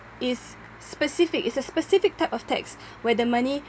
is specific it's a specific type of tax where the money